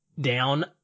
down